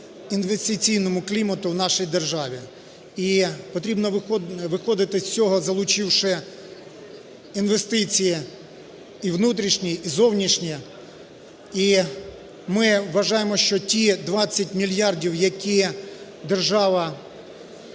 інвестиційному клімату в нашій державі. І потрібно виходити з цього, залучивши інвестиції і внутрішні, і зовнішні. І ми вважаємо, що ті 20 мільярдів, які держава